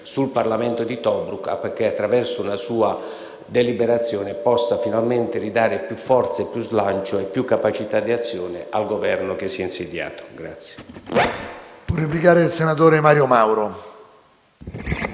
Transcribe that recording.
sul Parlamento di Tobruk, affinché, attraverso la sua deliberazione, possa finalmente dare più forza, più slancio e più capacità di azione al Governo che si è insediato. [MAURO